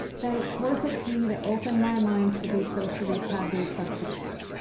that it's worthy to me to open my mind to these socially taboo subjects.